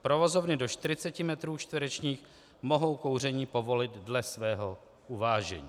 Provozovny do čtyřiceti metrů čtverečních mohou kouření povolit dle svého uvážení.